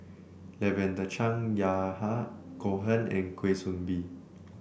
Lavender Chang Yahya Cohen and Kwa Soon Bee